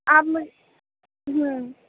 آپ مجھ ہوں